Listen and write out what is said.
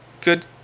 good